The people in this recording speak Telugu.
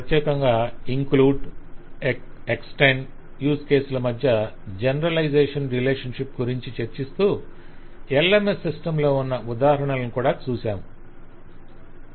ప్రత్యేకంగా ఇంక్లూడ్ ఎక్స్టెండ్ యూజ్ కేస్ల మధ్య జనరలైజేషన్ రిలేషన్షిప్ గురించి చర్చిస్తూ LMS సిస్టం లో ఉన్న ఉదాహరణలను కూడా చూశాము